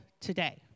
today